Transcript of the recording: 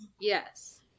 yes